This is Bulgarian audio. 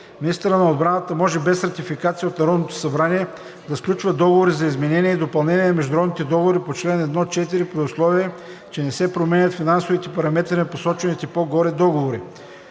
Министърът на отбраната може без ратификация от Народното събрание да сключва договори за изменения и допълнения на международните договори по чл. 1 – 4, при условие че не се променят финансовите параметри на посочените по-горе договори.“